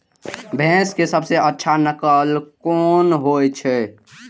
भैंस के सबसे अच्छा नस्ल कोन होय छे?